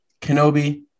Kenobi